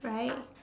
right